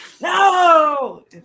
No